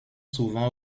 souvent